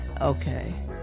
Okay